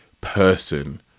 person